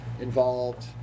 involved